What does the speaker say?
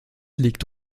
liegt